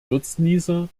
nutznießer